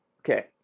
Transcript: okay